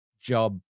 job